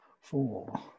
Four